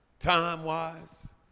time-wise